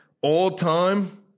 All-time